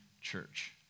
church